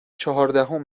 چهاردهم